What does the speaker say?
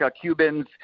Cubans